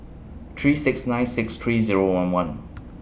three six nine six three Zero one one